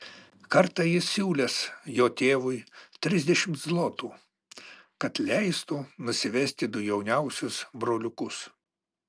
kartą jis siūlęs jo tėvui trisdešimt zlotų kad leistų nusivesti du jauniausius broliukus